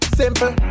simple